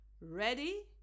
Ready